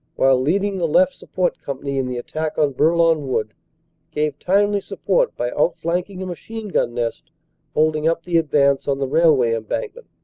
while leading the left support company in the attack on bourlon wood gave timely support by out flanking a machine-gun nest holding up the advance on the railway embankment,